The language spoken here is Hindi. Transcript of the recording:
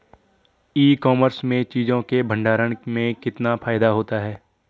ई कॉमर्स में चीज़ों के भंडारण में कितना फायदा होता है?